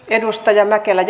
arvoisa puhemies